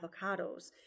avocados